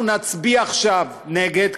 אנחנו נצביע עכשיו נגד,